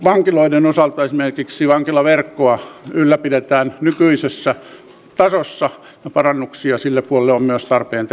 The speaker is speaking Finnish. vankiloiden osalta esimerkiksi vankilaverkkoa ylläpidetään nykyisessä tasossa ja parannuksia sille puolelle on myös tarpeen tehdä